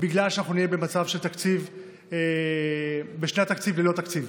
בגלל שאנחנו נהיה בשנת תקציב ללא תקציב.